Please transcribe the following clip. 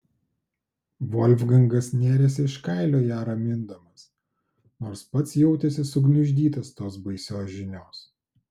volfgangas nėrėsi iš kailio ją ramindamas nors pats jautėsi sugniuždytas tos baisios žinios